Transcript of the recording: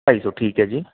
ਢਾਈ ਸੌ ਠੀਕ ਹੈ ਜੀ